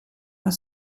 are